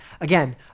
Again